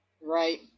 Right